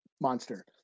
monster